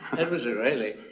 that was really